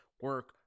Work